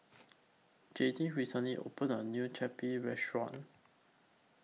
Jadiel recently opened A New Chapati Restaurant